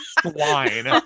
swine